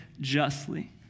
justly